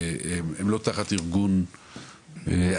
שהם לא תחת ארגון הצלה,